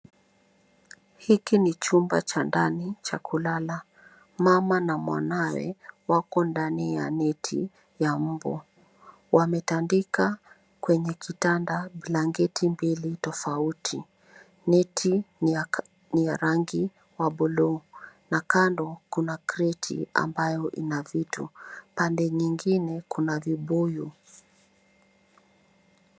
Hiki ni chumba cha ndani cha kulala. Mama na mwanawe wako ndani ya neti ya mbu. Wametandika kwenye kitanda blanketi mbili tofauti. Neti ni ya rangi wa buluu na kando kuna kreti ambayo ina vitu. Pande nyingine kuna vibuyu.